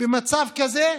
במצב כזה?